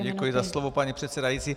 Děkuji za slovo, paní předsedající.